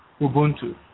Ubuntu